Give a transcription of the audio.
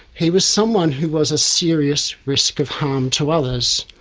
he was someone who was a serious risk of harm to others.